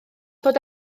bod